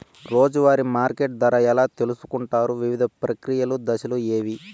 రోజూ వారి మార్కెట్ ధర ఎలా తెలుసుకొంటారు వివిధ ప్రక్రియలు దశలు ఏవి?